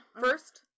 first